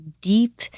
deep